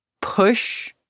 push